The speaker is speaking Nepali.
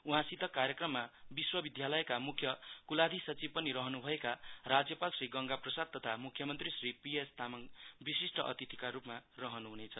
उहाँसित कार्यक्रममा विश्वविद्यालयका मुख्य कुलाधिसचिव पनि रहनु भएका राज्यपाल श्री गंगा प्रसाद तथा मुख्यमन्त्री श्री पि एस तामाङ विशिष्ट अतिथिका रूपमा रहनु हुनेछ